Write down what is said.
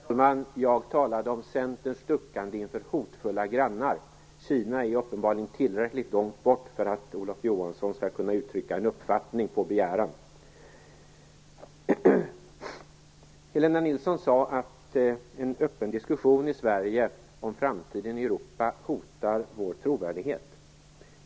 Herr talman! Jag talade om Centerns duckande inför hotfulla grannar. Kina ligger uppenbarligen tillräckligt långt bort för att Olof Johansson skall kunna uttrycka en uppfattning på begäran. Helena Nilsson sade att en öppen diskussion i Sverige om framtiden i Europa hotar vår trovärdighet.